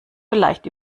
vielleicht